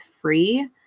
free